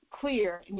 clear